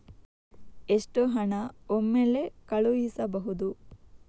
ಎಷ್ಟು ಹಣ ಒಮ್ಮೆಲೇ ಕಳುಹಿಸಬಹುದು?